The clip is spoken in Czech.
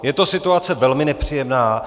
Je to situace velmi nepříjemná.